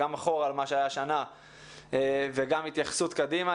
גם אחורה על מה שהיה השנה וגם התייחסות קדימה.